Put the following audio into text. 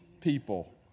people